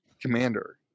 Commander